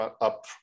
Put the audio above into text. up